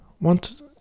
want